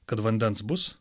kad vandens bus